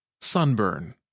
Sunburn